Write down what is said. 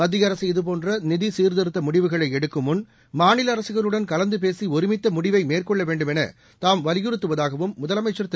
மத்திய அரசு இதபோன்ற நிதி சீர்திருத்த முடிவுகளை எடுக்கும் முன் மாநில அரசுகளுடன் கலந்து பேசி ஒருமித்த முடிவை மேற்கொள்ள வேண்டுமென தாம் வலியறுத்துவதாகவும் முதலமைச்ச் திரு